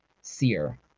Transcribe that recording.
seer